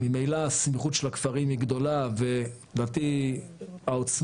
ממילא הסמיכות של הכפרים היא גדולה ולדעתי העוצמה